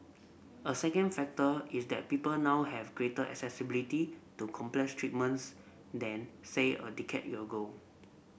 a second factor is that people now have greater accessibility to complex treatments than say a decade ago